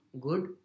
good